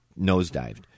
nosedived